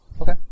Okay